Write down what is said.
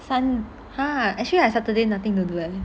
sun !huh! actually I saturday nothing to do